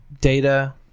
data